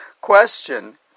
Question